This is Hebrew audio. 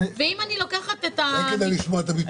אולי כדאי לשמוע את הביטוח